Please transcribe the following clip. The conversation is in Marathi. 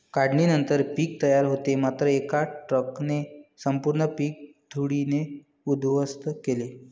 काढणीनंतर पीक तयार होते मात्र एका ट्रकने संपूर्ण पीक धुळीने उद्ध्वस्त केले